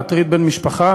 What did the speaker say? להטריד בן משפחה